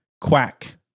quack